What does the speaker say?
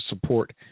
support